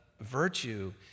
virtue